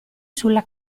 sulla